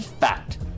FACT